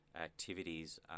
activities